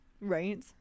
Right